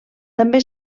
també